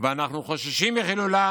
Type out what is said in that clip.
ואנחנו חוששים מחילולה